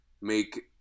make